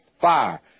fire